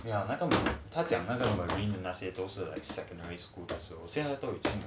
ya 他讲那些 marine 都是 secondary school but 现在都已经